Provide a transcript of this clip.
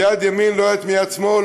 ויד ימין לא יודעת מיד שמאל.